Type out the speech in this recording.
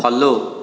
follow